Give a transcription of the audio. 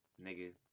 Nigga